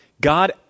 God